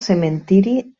cementiri